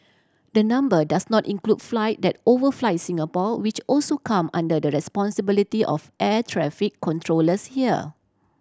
the number does not include flight that overfly Singapore which also come under the responsibility of air traffic controllers here